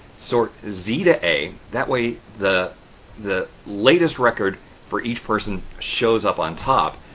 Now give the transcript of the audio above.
sort z to a, that way the the latest record for each person shows up on top.